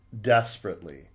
desperately